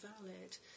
valid